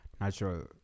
natural